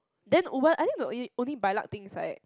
then Uber I think the only only by luck thing is like